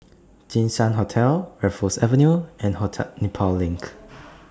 Jinshan Hotel Raffles Avenue and Nepal LINK